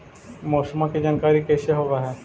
मौसमा के जानकारी कैसे होब है?